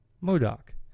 Modoc